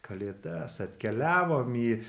kalėdas atkeliavom į